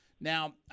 Now